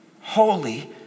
holy